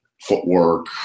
footwork